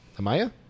Amaya